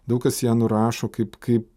daug kas ją nurašo kaip kaip